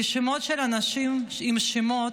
רשימות של אנשים עם שמות,